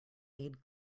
aid